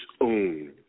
own